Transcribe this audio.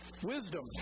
Wisdom